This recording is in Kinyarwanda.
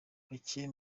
bake